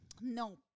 No